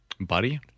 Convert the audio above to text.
Buddy